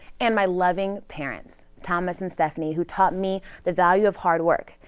and my loving parents, thomas and stephanie, who taught me the value of hard work.